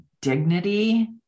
dignity